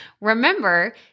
Remember